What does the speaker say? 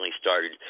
started